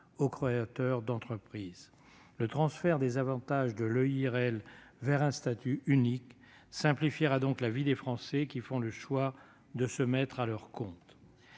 aux créateurs d'entreprises. Le transfert des avantages de l'EIRL vers un statut unique simplifiera donc la vie des Français qui font le choix de se mettre à leur compte.